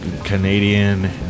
Canadian